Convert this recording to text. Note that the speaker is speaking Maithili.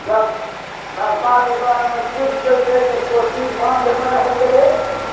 जब सरकार ओकरा नेतृत्व केलकै तऽ कोशी बान्ध बनायल गेलै